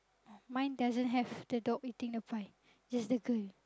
mine doesn't have the dog eating the pie just the girl